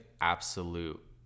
absolute